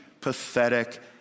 pathetic